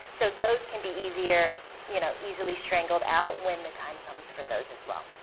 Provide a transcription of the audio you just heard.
so those can be easier you know easily strangled out when the time comes for those as well.